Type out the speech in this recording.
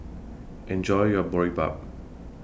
Enjoy your Boribap